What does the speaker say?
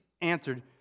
answered